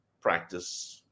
practice